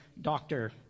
doctor